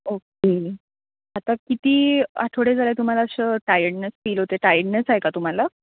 okay आता किती आठवडे झालं आहे तुम्हाला असं टायडनस फील होते आहे टायडनस आहे का तुम्हाला